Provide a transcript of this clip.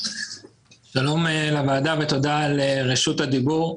שלום לוועדה ותודה על רשותה הדיבור.